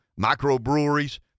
microbreweries